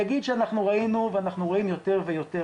אני אגיד שאנחנו ראינו ורואים יותר ויותר,